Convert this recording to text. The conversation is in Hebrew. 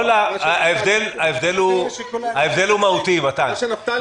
ההבדל הוא מהותי, מתן.